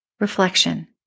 Reflection